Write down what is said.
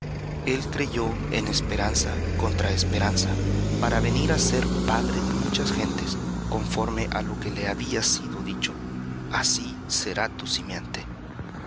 el creyó en esperanza contra esperanza para venir á ser padre de muchas gentes conforme á lo que había sido dicho así será tu simiente